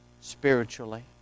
spiritually